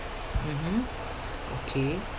mmhmm okay